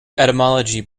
etymology